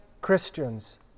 Christians